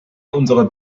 unserer